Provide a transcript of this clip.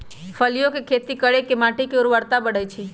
फलियों के खेती करे से माटी के ऊर्वरता बढ़ई छई